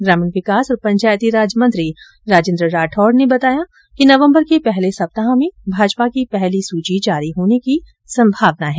ग्रार्मीण विकास और पंचायती राज मंत्री राजेंद्र राठौड ने बताया कि नवम्बर के पहले सप्ताह में भाजपा की पहली सूची जारी होने की संभावना है